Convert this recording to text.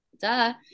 duh